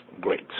great